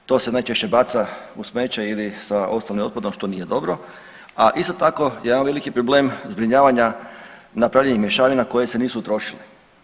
To se najčešće baca u smeće ili sa ostalim otpadom što nije dobro, a isto tako jedan veliki problem zbrinjavanja napravljenih mješavina koje se nisu utrošile.